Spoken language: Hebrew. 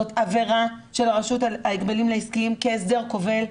זאת עבירה של הרשות להגבלים עסקיים כהסדר כובל.